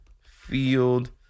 field